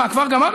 מה, כבר גמרנו?